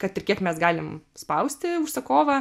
kad ir kiek mes galim spausti užsakovą